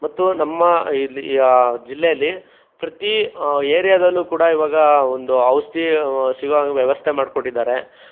ಮತ್ತು ನಮ್ಮ ಇಲ್ಲಿ ಜಿಲ್ಲೇಲಿ ಪ್ರತಿ ಏರಿಯಾದಲ್ಲೂ ಕೂಡ ಇವಾಗ ಒಂದು ಔಷಧಿ ಸಿಗೋ ಹಂಗೆ ವ್ಯವಸ್ಥೆ ಮಾಡಿ ಕೊಟ್ಟಿದ್ದಾರೆ